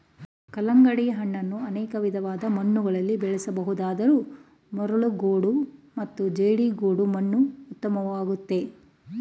ಕಲ್ಲಂಗಡಿಯನ್ನು ಅನೇಕ ವಿಧವಾದ ಮಣ್ಣುಗಳಲ್ಲಿ ಬೆಳೆಸ ಬಹುದಾದರೂ ಮರಳುಗೋಡು ಮತ್ತು ಜೇಡಿಗೋಡು ಮಣ್ಣು ಉತ್ತಮವಾಗಯ್ತೆ